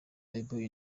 bible